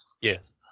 Yes